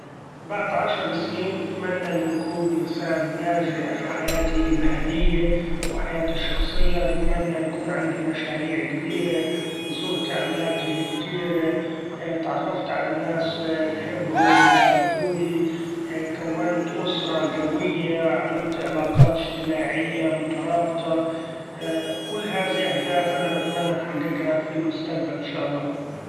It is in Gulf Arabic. بعد عشر سنين نتمني إني نكون انسان ناجح في حياتي المهنيي و حياتي الشخصية ، نتمني نكون عندي مشاريع كبيري زرت أماكن كتيري تعرفت علي ناس نحبهم و يحبوني كونت أسرة قوية عملت علاقات اجتماعية مترابطة ، كل هاذي أهداف أنا بتمني نحققها ف المستقبل إن شاء الله.